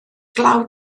glaw